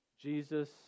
Jesus